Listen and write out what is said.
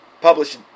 published